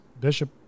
Bishop